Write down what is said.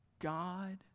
God